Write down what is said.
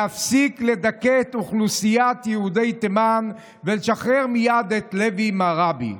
להפסיק לדכא את אוכלוסיית יהודי תימן ולשחרר מייד את לוי מראבי.